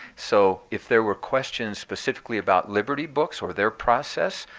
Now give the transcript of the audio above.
so if there were questions specifically about liberty books or their process,